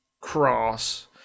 cross